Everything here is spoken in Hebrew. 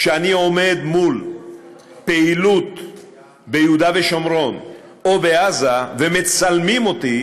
כשאני עומד מול פעילות ביהודה ושומרון או בעזה ומצלמים אותי